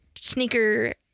sneaker